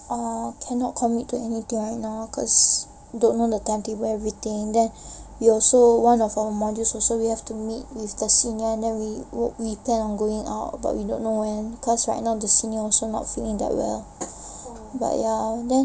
ah cannot commit to anything right now cause don't know the timetable everything then we also one of our modules also we have to meet with the senior and then we we planned on going out but we don't know when cause right now also the senior not feeling that well